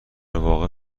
واقع